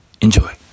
enjoy